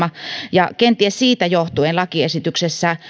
ja kenties siitä johtuen lakiesityksessä